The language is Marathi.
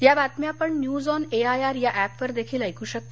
या बातम्या आपण न्यूज ऑन एआयआर ऍपवर देखील ऐकू शकता